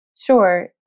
Sure